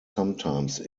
sometimes